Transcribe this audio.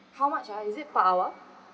how much ah is it per hour